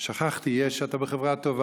שכחתי, אתה בחברה טובה.